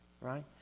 right